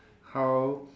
how